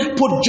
put